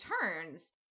turns